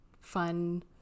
fun